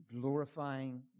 glorifying